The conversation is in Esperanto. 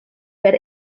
per